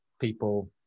people